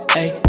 Hey